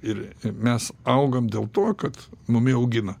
ir i mes augam dėl to kad mumi augina